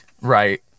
right